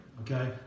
okay